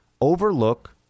overlook